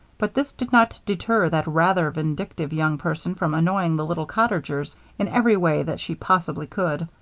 but this did not deter that rather vindictive young person from annoying the little cottagers in every way that she possibly could,